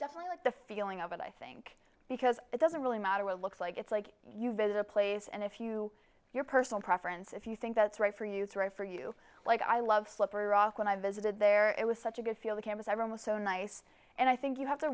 definitely like the feeling of it i think because it doesn't really matter or looks like it's like you visit a place and if you your personal preference if you think that's right for you it's right for you like i love slippery rock when i visited there it was such a good feel the campus i ran was so nice and i think you have to